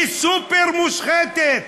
היא סופר-מושחתת.